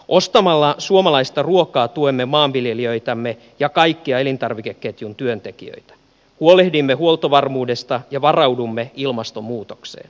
ostamalla suomalaista ruokaa tuemme maanviljelijöitämme ja kaikkia elintarvikeketjun työntekijöitä huolehdimme huoltovarmuudesta ja varaudumme ilmastonmuutokseen